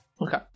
Okay